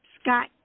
Scott